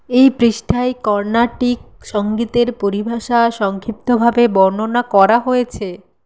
এই পৃষ্ঠায় কর্ণাটিক সঙ্গীতের পরিভাষা সংক্ষিপ্তভাবে বর্ণনা করা হয়েছে